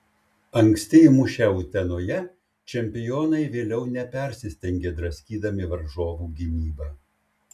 anksti įmušę utenoje čempionai vėliau nepersistengė draskydami varžovų gynybą